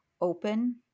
open